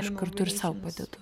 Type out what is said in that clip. aš kartu ir sau padedu